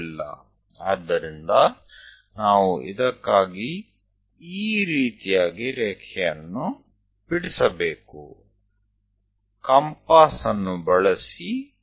તો તે હેતુ માટે આપણે કંઇક આ પ્રકારની લીટી દોરવી પડશે